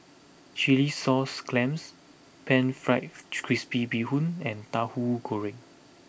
Chilli Sauce Clams Pan Fried Chips Crispy Bee Hoon and Tahu Goreng